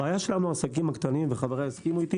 הבעיה שלנו העסקים הקטנים, וחבריי יסכימו איתי